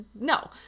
No